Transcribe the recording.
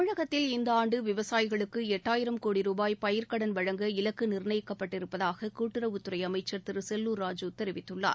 தமிழகத்தில் இந்தஆண்டுவிவசாயிகளுக்குஎட்டாயிரம் கோடி ரூபாய் பயிர்க்கடன் வழங்க இலக்குநிர்ணயிக்கப்பட்டு இருப்பதாககூட்டுறவுத்துறைஅமைச்சா் திருசெல்லூா் ராஜு தெரிவித்துள்ளார்